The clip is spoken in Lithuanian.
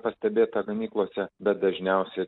pastebėtą ganyklose bet dažniausiai